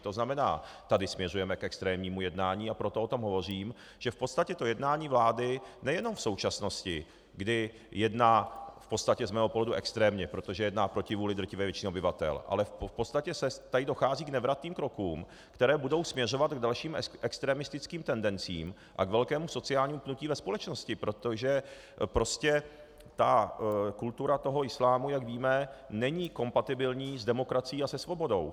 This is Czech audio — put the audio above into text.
To znamená, tady směřujeme k extrémnímu jednání, a proto o tom hovořím, že v podstatě to jednání vlády nejenom v současnosti, kdy jedná v podstatě z mého pohledu extrémně, protože jedná proti vůli většiny obyvatel, ale v podstatě tady dochází k nevratným krokům, které budou směřovat k dalším extremistickým tendencím a k velkému sociálnímu pnutí ve společnosti, protože prostě ta kultura toho islámu, jak víme, není kompatibilní s demokracií a se svobodou.